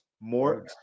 more